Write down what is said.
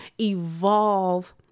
evolve